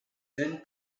then